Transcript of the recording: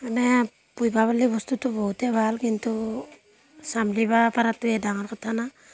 মানে পুহিব পাৰিলে বস্তুটো বহুতেই ভাল কিন্তু চম্ভলিব পৰাটোৱেই ডাঙৰ কথা না